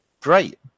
great